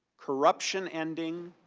corruption ending,